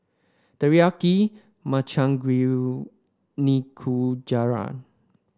Teriyaki Makchang Gui Nikujaga